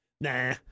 Nah